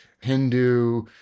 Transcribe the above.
Hindu